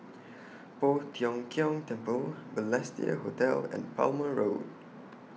Poh Tiong Kiong Temple Balestier Hotel and Palmer Road